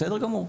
בסדר גמור.